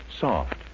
soft